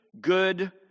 good